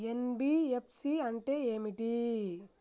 NBFC అంటే ఏమిటి?